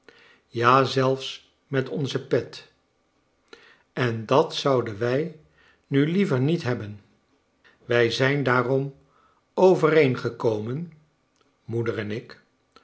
ja zelfs met onze pet en dat zouden wij nu liever niet hebben wij zijn daarom overeengekomen moeder en ik